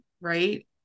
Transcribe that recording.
right